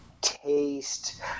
taste